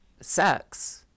sex